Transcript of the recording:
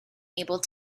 able